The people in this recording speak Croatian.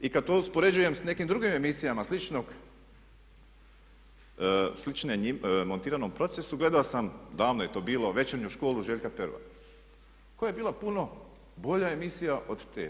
I kad to uspoređujem s nekim drugim emisijama slične montiranom procesu gledao sam davno je to bilo Večernju školu Željka Pervana koja je bila puno bolja emisija od te.